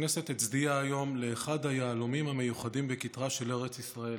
הכנסת הצדיעה היום לאחד היהלומים המיוחדים בכתרה של ארץ ישראל.